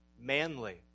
manly